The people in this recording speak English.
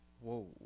Whoa